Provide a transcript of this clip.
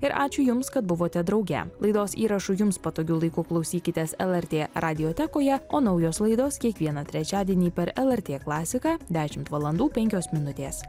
ir ačiū jums kad buvote drauge laidos įrašų jums patogiu laiku klausykitės lrt radiotekoje o naujos laidos kiekvieną trečiadienį per lrt klasiką dešimt valandų penkios minutės